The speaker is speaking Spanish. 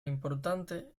importante